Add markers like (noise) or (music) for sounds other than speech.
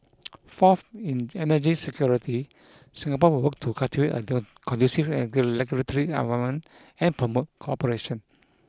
fourth in energy security Singapore will work to cultivate a (unintelligible) conducive regulatory environment and promote cooperation